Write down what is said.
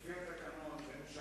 אדוני היושב-ראש.